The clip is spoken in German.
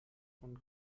von